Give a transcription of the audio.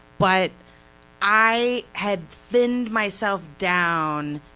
but i had thinned myself down,